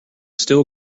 still